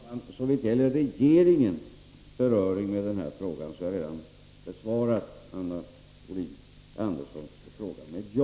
Herr talman! Såvitt gäller regeringens beröring med detta ärende har jag redan besvarat Anna Wohlin-Anderssons fråga med ja.